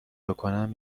بکنم